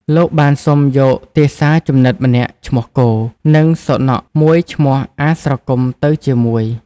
លោកបានសុំយកទាសាជំនិតម្នាក់ឈ្មោះ គោ និងសុនខមួយឈ្មោះ អាស្រគំ ទៅជាមួយ។